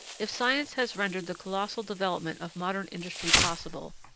if science has rendered the colossal development of modern industry possible,